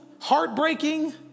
heartbreaking